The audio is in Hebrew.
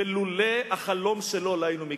ולולא החלום שלא לא היינו מגיעים.